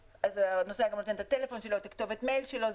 בהצהרה הזאת הנוסע נותן את הטלפון שלו ואת כתובת המייל שלו,